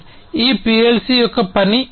ఈ PLC యొక్క పని ఎలా